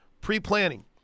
Pre-planning